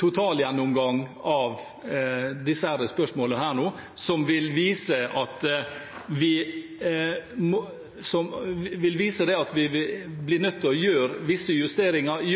totalgjennomgang av disse spørsmålene som vil vise at vi blir nødt til å gjøre visse justeringer.